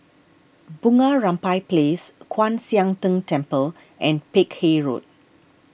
Bunga Rampai Place Kwan Siang Tng Temple and Peck Hay Road